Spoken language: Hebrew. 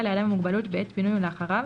לאדם עם המוגבלות בעת פינוי ולאחריו,